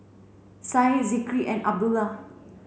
Said Zikri and Abdullah